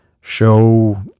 show